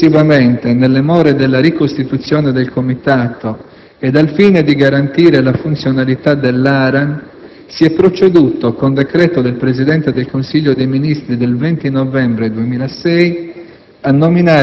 Successivamente, nelle more della ricostituzione del Comitato ed al fine di garantire la funzionalità dell'ARAN, si è proceduto, con decreto del Presidente del Consiglio dei ministri del 20 novembre 2006,